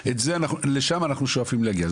ולשם אנחנו שואפים להגיע.